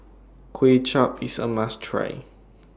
Kway Chap IS A must Try